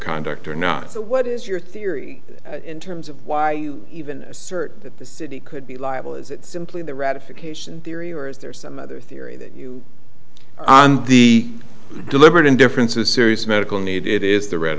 conduct or not so what is your theory in terms of why you even assert that the city could be liable is it simply the ratification theory or is there some other theory and the deliberate indifference a serious medical need it is the r